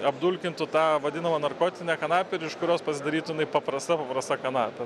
apdulkintų tą vadinamą narkotinę kanapę ir iš kurios pasidarytų jinai paprasta paprasta kanapė